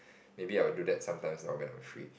maybe I will do that sometimes or when I'm free